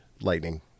lightning